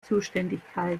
zuständigkeit